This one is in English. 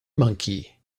monkey